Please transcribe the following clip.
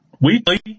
weekly